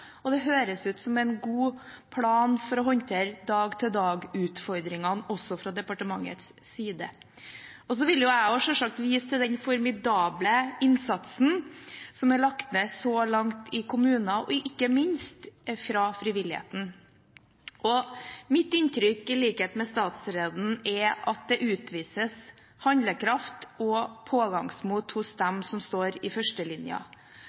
og det høres ut som om det er en god plan for å håndtere dag-til-dag-utfordringene også fra departementets side. Og så vil jeg også selvsagt vise til den formidable innsatsen som er lagt ned så langt i kommunene og ikke minst fra frivilligheten. I likhet med statsråden har jeg inntrykk av at det utvises handlekraft og pågangsmot hos dem som står i førstelinja.